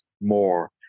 more